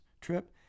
trip